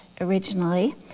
originally